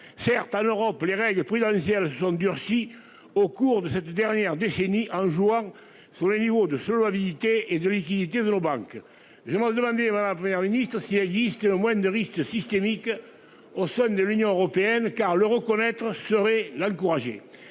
Certes à l'Europe les règles prudentielles se sont durcies au cours de cette dernière décennie, en jouant sur le niveau de solvabilité et de liquidité de la banque, je mange de amener ma première Ministre socialiste. Et le moins de risque systémique. Au sein de l'Union européenne car le reconnaître serait l'encourager.